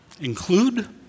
Include